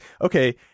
okay